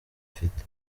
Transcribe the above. afite